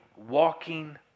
Walking